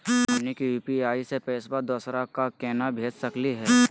हमनी के यू.पी.आई स पैसवा दोसरा क केना भेज सकली हे?